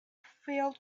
failed